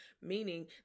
meaning